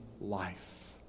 life